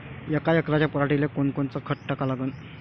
यका एकराच्या पराटीले कोनकोनचं खत टाका लागन?